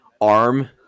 arm